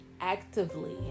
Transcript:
actively